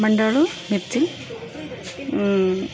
ಮಂಡಾಳು ಮಿರ್ಚಿ